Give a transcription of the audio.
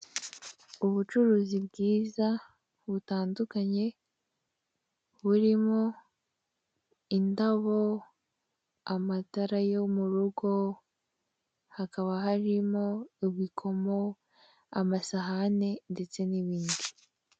Ubucuruzi bwiza butandukanye burimo indabo, amatara yo mu rugo, hakaba harimo ubukomo, amasahane ndetse n'ibindi.